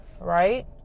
right